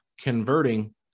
converting